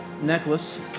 necklace